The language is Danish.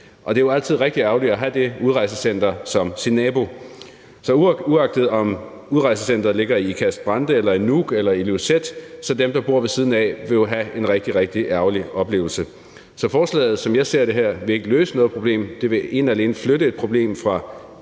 og det er altid rigtig ærgerligt at have et udrejsecenter som sin nabo. Så uagtet om udrejsecenteret ligger i Ikast-Brande eller i Nuuk eller i Ilulissat, vil dem, der bor ved siden af, have en rigtig, rigtig ærgerlig oplevelse. Så forslaget vil, som jeg ser det her, ikke løse noget problem. Det vil ene og alene flytte et problem fra